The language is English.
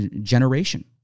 generation